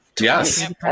Yes